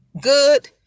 good